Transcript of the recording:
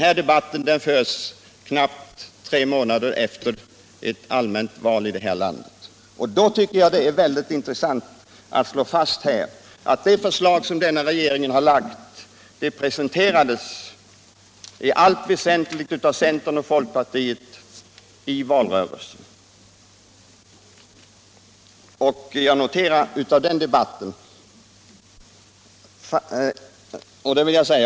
Denna debatt förs knappt tre månader efter ett allmänt val, och jag tycker att det är angeläget att kunna slå fast att det förslag som regeringen lagt fram, i allt väsentligt presenterades som centerns och folkpartiets förslag i valrörelsen.